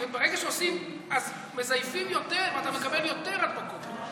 וברגע שעושים מזייפים יותר ואתה מקבל יותר הדבקות.